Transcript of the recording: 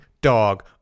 dog